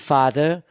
Father